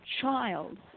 child